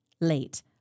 late